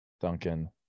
Duncan